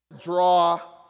draw